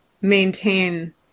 maintain